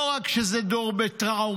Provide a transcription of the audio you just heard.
לא רק שזה דור בטראומה,